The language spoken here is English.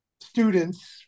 students